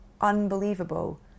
unbelievable